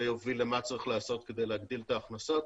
יוביל למה צריך לעשות כדי להגדיל את ההכנסות.